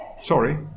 sorry